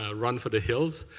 ah run for the hills.